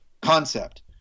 concept